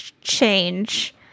change